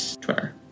Twitter